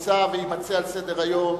שנמצא ויימצא על סדר-היום,